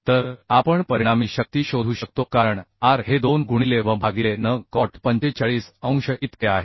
तर आपण परिणामी शक्ती शोधू शकतो कारण R हे 2 गुणिले V भागिले N कॉट 45 अंश इतके आहे